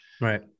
Right